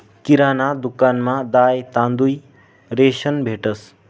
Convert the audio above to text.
किराणा दुकानमा दाय, तांदूय, रेशन भेटंस